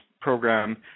program